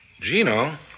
Gino